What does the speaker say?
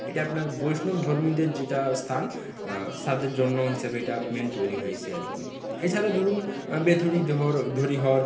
এটা আপনার বৈষ্ণব ধর্মীদের যেটা স্থান শ্রাদ্ধের জন্য হিসাবে এটা মেন তৈরি হয়েছে আর কি এছাড়াও ধরুন বেথুরি ডহরী হর